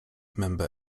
member